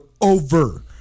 over